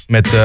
Met